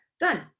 done